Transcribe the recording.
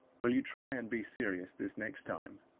will you try and be serious this next time?